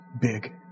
big